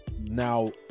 now